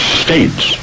states